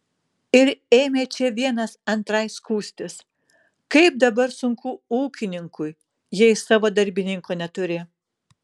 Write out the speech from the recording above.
ir ėmė čia vienas antrai skųstis kaip dabar sunku ūkininkui jei savo darbininko neturi